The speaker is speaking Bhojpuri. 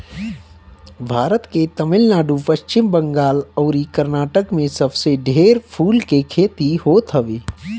भारत के तमिलनाडु, पश्चिम बंगाल अउरी कर्नाटक में सबसे ढेर फूल के खेती होत हवे